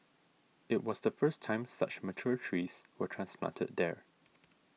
it was the first time such mature trees were transplanted there